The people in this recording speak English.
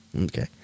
okay